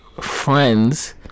friends